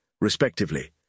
respectively